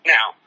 Now